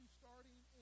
starting